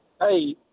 hey